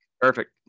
perfect